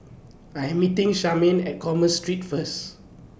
I Am meeting Charmaine At Commerce Street First